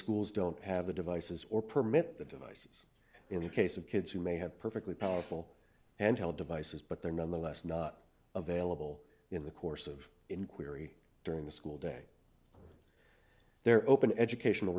schools don't have the devices or permit the devices in the case of kids who may have perfectly powerful and held devices but they're nonetheless not available in the course of inquiry during the school day there are open educational